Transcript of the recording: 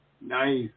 Nice